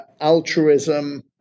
altruism